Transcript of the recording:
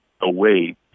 away